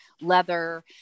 leather